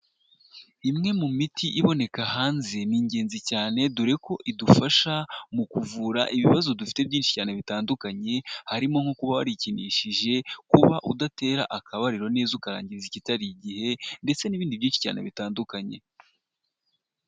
Imwe mu miti iboneka hanze ni ingenzi cyane, dore ko idufasha mu kuvura ibibazo dufite byinshi cyane bitandukanye, harimo nko kuba warikinishije, kuba udatera akabariro neza ukarangiza ikitari igihe, ndetse n'ibindi byinshi cyane bitandukanye.